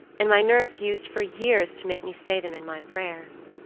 and my nurse used for years to make me say them in my prayers.